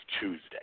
Tuesday